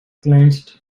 clenched